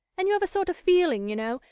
and you have a sort of feeling, you know,